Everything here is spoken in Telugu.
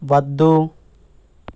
వద్దు